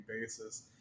basis